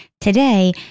today